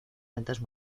ventas